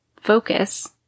focus